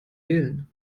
wählen